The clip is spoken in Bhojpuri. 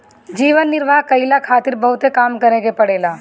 जीवन निर्वाह कईला खारित बहुते काम करे के पड़ेला